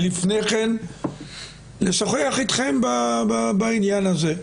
ולפני כן לשוחח אתכם בעניין הזה,